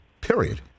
Period